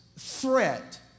Threat